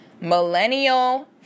millennial